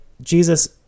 Jesus